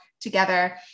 Together